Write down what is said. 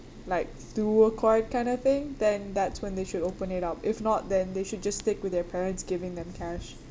like dual card kind of thing then that's when they should open it up if not then they should just stick with their parents giving them cash